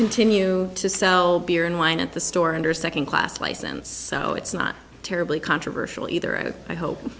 continue to sell beer and wine at the store under second class license so it's not terribly controversial either and i hope